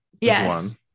yes